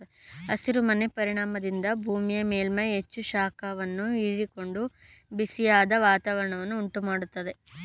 ಹಸಿರು ಮನೆ ಪರಿಣಾಮದಿಂದ ಭೂಮಿಯ ಮೇಲ್ಮೈ ಹೆಚ್ಚು ಶಾಖವನ್ನು ಹೀರಿಕೊಂಡು ಬಿಸಿಯಾದ ವಾತಾವರಣವನ್ನು ಉಂಟು ಮಾಡತ್ತದೆ